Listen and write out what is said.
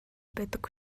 байдаг